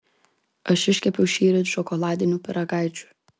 aš iškepiau šįryt šokoladinių pyragaičių